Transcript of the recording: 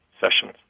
sessions